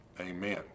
Amen